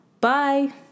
bye